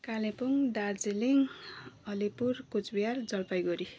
Kalimpong Darjeeling Alipur Cooch Behar Jalpaiguri